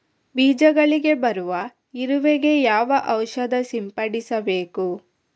ಬೀಜಗಳಿಗೆ ಬರುವ ಇರುವೆ ಗೆ ಯಾವ ಔಷಧ ಸಿಂಪಡಿಸಬೇಕು?